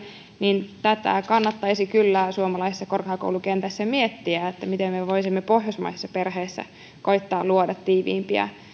niin kannattaisi kyllä suomalaisessa korkeakoulukentässä miettiä miten me voisimme pohjoismaisessa perheessä koettaa luoda tiiviimpiä